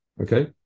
Okay